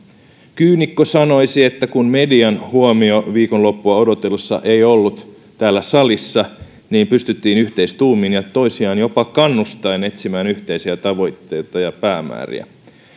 kyynikko sanoisi että kun median huomio viikonloppua odotellessa ei ollut täällä salissa niin pystyttiin yhteistuumin ja toisiaan jopa kannustaen etsimään yhteisiä tavoitteita ja päämääriä